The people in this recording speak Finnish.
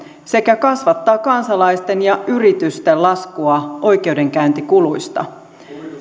sekä kansalaisten ja yritysten laskua oikeudenkäyntikuluista